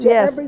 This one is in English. Yes